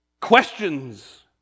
questions